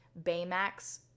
Baymax